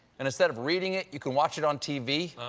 and instead of reading it, you can watch it on tv?